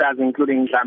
including